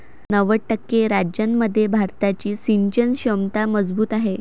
नव्वद टक्के राज्यांमध्ये भारताची सिंचन क्षमता मजबूत आहे